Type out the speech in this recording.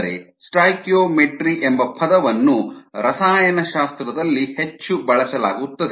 ಅಂದರೆ ಸ್ಟಾಯ್ಕಿಯೋಮೆಟ್ರಿ ಎಂಬ ಪದವನ್ನು ರಸಾಯನಶಾಸ್ತ್ರದಲ್ಲಿ ಹೆಚ್ಚು ಬಳಸಲಾಗುತ್ತದೆ